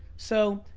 so,